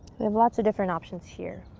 we have lots of different options here.